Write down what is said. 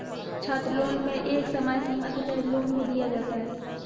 छात्रलोन में एक समय सीमा के तहत लोन को दिया जाता है